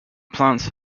plants